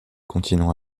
continents